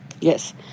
Yes